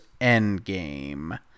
Endgame